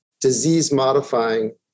disease-modifying